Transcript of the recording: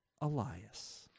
Elias